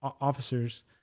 officers